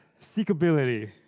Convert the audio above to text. Seekability